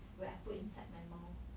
when I put inside my mouth